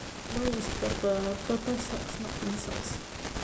mine is purple purple socks not pink socks